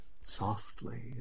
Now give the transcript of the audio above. softly